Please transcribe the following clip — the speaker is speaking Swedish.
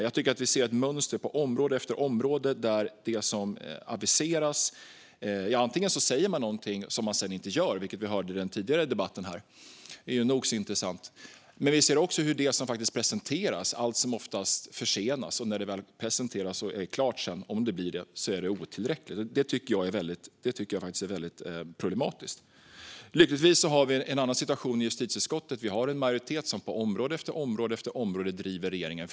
Jag ser ett mönster på område efter område där man antingen säger något som man sedan inte gör - vilket vi hörde i den tidigare debatten och är nog så intressant - eller där det som faktiskt görs allt som oftast försenas och om det ens blir klart och presenteras är otillräckligt. Det är problematiskt. Lyckligtvis har vi en annan situation i justitieutskottet. Vi har en majoritet som på område efter område driver på regeringen.